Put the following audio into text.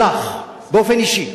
לך באופן אישי,